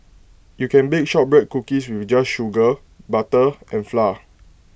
you can bake Shortbread Cookies with just sugar butter and flour